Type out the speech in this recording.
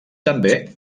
també